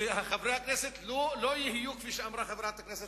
שחברי הכנסת לא יהיו כפי שאמרה חברת הכנסת